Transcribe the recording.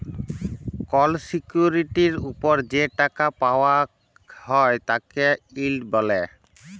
call সিকিউরিটির ওপর যে টাকা পাওয়াক হ্যয় তাকে ইল্ড ব্যলে